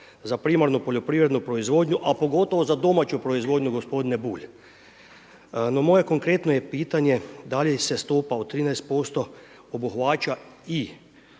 za primarnu poljoprivredu proizvodnju a pogotovo za domaću proizvodnju gospodine Bulj. No moje je konkretno pitanje da li se stopa od 13% obuhvaća i